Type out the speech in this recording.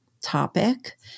topic